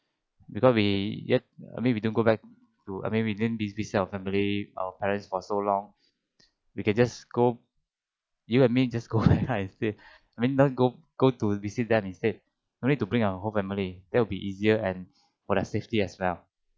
because we yet I mean we don't go back to I mean we didn't visit our family our parents for so long we can just go you and me just go back right instead I mean not go go to visit them instead no need bring our whole family that would be easier and for our safety as well